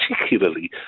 particularly